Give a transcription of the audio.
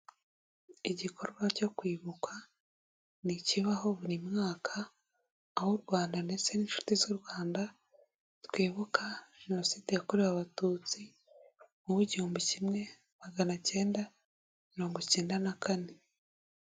Igikorwa cyo kwibuka ni ikibaho buri mwakaw' u Rwanda ndetse n'inshuti z'u Rwanda twibuka jenoside yakorewe abatutsi mu wigihumbi kimwe maganacyenda mirongo icyenda na kane.